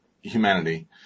humanity